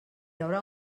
haurà